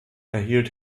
erhielt